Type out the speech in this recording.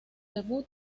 debut